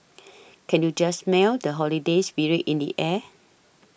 can you just smell the holiday spirit in the air